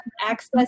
access